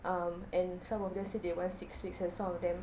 um and some of them said they want six weeks and some of them